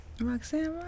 Roxanne